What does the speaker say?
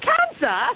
Cancer